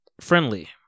friendly